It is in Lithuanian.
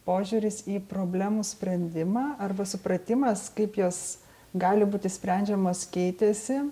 požiūris į problemų sprendimą arba supratimas kaip jos gali būti sprendžiamos keitėsi